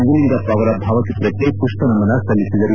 ನಿಜಲಿಂಗಪ್ಪ ಅವರ ಭಾವಚಿತ್ರಕ್ಕೆ ಪುಷ್ಪ ನಮನ ಸಲ್ಲಿಸಿದರು